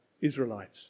Israelites